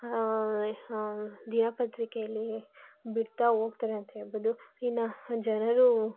ದಿನಪತ್ರಿಕೆಯಲ್ಲಿ ಬಿಡ್ತಾ ಹೋಗ್ತಾರೆ ಅಂತ್ಹೇಳ್ಬೋದು ಇನ್ನು ಜನರು